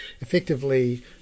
effectively